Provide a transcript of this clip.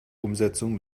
umsetzung